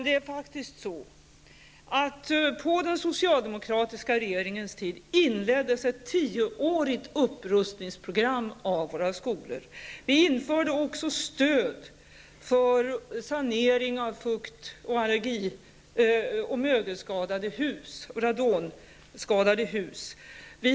Fru talman! Under den socialdemokratiska regeringens tid infördes ett tioårigt upprustningsprogram när det gäller våra skolor. Den socialdemokratiska regeringen införde också ett stöd för sanering av fukt och mögelskadade hus samt av radonskadade hus.